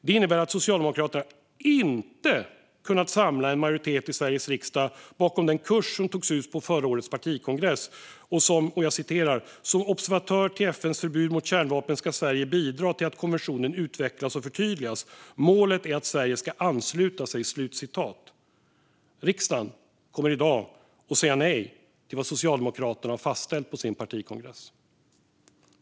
Det innebär att Socialdemokraterna inte kunnat samla en majoritet i Sveriges riksdag bakom den kurs som togs ut på förra årets partikongress: "Som observatör till FN:s förbud mot kärnvapen ska Sverige bidra till att konventionen utvecklas och förtydligas. Målet är att Sverige ska ansluta sig." Riksdagen kommer i dag att säga nej till vad Socialdemokraterna fastställt på sin partikongress.